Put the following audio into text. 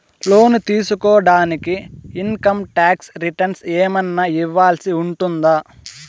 లోను తీసుకోడానికి income tax returns ఏమన్నా ఇవ్వాల్సి ఉంటుందా